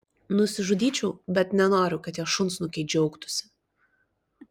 nusižudyčiau bet nenoriu kad tie šunsnukiai džiaugtųsi